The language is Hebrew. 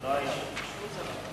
מה הוא שאל?